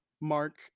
Mark